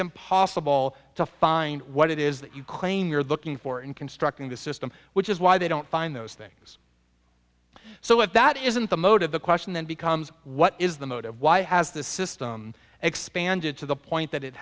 impossible to find what it is that you claim you're looking for in constructing the system which is why they don't find those things so if that isn't the motive the question then becomes what is the motive why has this system expanded to the point that it